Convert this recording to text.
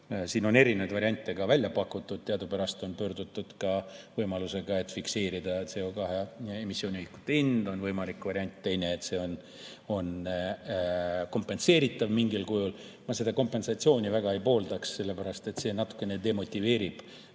Siin on erinevaid variante ka välja pakutud, teadupärast on käidud välja võimalus fikseerida CO2emissiooni ühikute hind. Teine võimalik variant on, et see on kompenseeritav mingil kujul. Ma seda kompensatsiooni väga ei poolda, sellepärast et see natukene demotiveerib